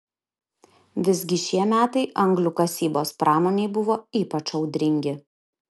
visgi šie metai anglių kasybos pramonei buvo ypač audringi